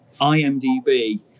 IMDb